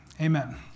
Amen